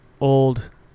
old